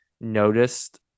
noticed